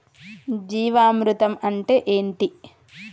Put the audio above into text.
జీవామృతం అంటే ఏంటి?